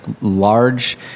large